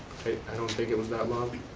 i don't think it was that long.